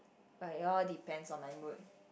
but it all depends on my mood